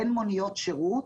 בין מוניות שירות